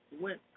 went